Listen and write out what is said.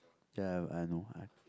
ya ya I know I